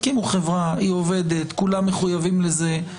הקימו חברה, היא עובדת, כולם מחויבים לזה.